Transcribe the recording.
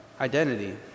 identity